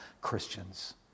Christians